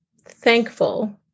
thankful